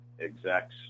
execs